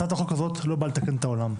הצעת החוק הזאת לא באה לתקן את העולם,